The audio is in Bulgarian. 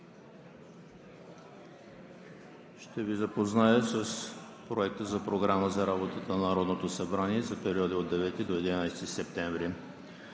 Ще Ви запозная с Проекта на програмата за работа на Народното събрание за периода от 9 до 11 септември